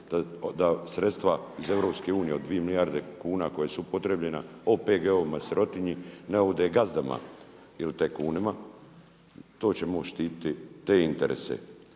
da sredstva iz EU od 2 milijarde kuna koja su upotrijebljena OPG-om i sirotinji, ne ode gazdama ili tajkunima. To će MOST štiti, te interese